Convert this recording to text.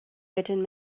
wedyn